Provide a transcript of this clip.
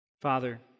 Father